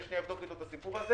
אני אבדוק איתו את הסיפור הזה